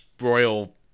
Royal